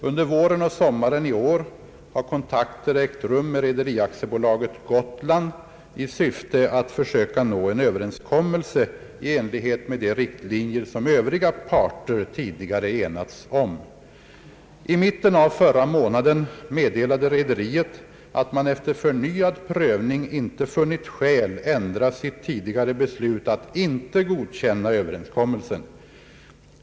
Under våren och sommaren i år har kontakter ägt rum med Rederi AB Gotland i syfte att försöka nå en överenskommelse i enlighet med de riktlinjer som övriga parter tidigare enats om. I mitten av förra månaden meddelade rederiet att man efter förnyad prövning inte funnit skäl ändra sitt tidigare beslut att inte godkänna överenskommelsen.